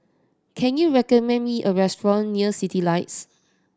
can you recommend me a restaurant near Citylights